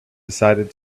decided